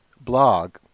blog